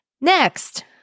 Next